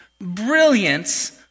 brilliance